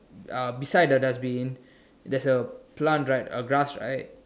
uh beside the dustbin there's a plant right a grass right